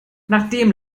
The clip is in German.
nachdem